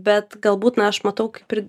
bet galbūt na aš matau kaip ir